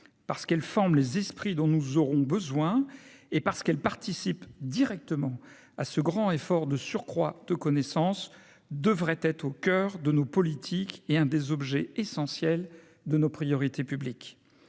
parce qu'elle forme les esprits dont nous aurons besoin et parce qu'elles participent directement à ce grand effort de surcroît de connaissance devrait être au coeur de nos politiques et un des objets essentiels de nos priorités publiques,